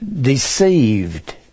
deceived